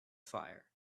fire